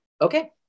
Okay